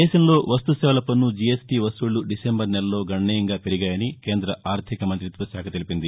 దేశంలో వస్తు సేవల పన్ను జిఎస్స్లీ వసూక్పు దిసెంబర్ నెలలో గణనీయంగా పెరిగాయని కేంద్రద ఆర్థిక మంతిత్వశాఖ తెలిపింది